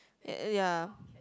eh ya